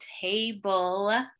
Table